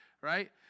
right